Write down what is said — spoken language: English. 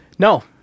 No